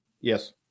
Yes